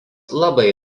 labai